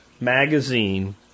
magazine